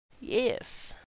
Yes